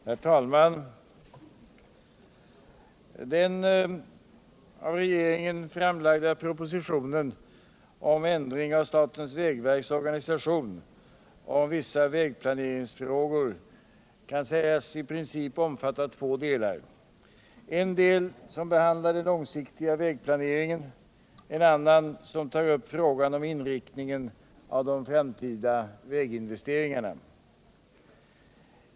Herr talman! Den av regeringen framlagda propositionen om ändring av statens vägverks organisation och om vissa vägplaneringsfrågor omfattar i princip två delar: en del som behandlar den långsiktiga vägplaneringen, en annan som tar upp frågan om inriktningen av de framtida väginvesteringarna.